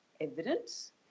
evidence